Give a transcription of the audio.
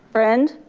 friend.